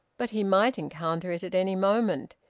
but he might encounter it at any moment.